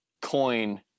coin